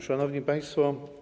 Szanowni Państwo!